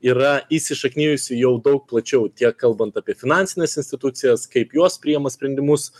yra įsišaknijusi jau daug plačiau tiek kalbant apie finansines institucijas kaip juos priėma sprendimus